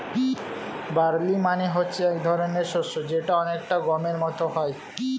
barley মানে হচ্ছে এক ধরনের শস্য যেটা অনেকটা গমের মত হয়